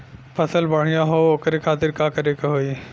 फसल बढ़ियां हो ओकरे खातिर का करे के होई?